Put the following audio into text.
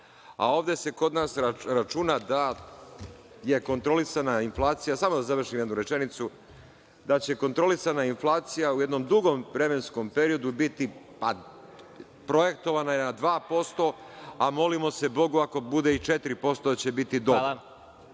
a ovde se kod nas računa da je kontrolisana inflacija, samo da završim jednu rečenicu, da će kontrolisana inflacija u jednom dugom vremenskom periodu biti, pa projektovana je na 2%, a molimo se Bogu ako bude i 4% će biti dobro.